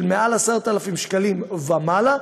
של 10,000 שקלים ומעלה.